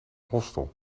hostel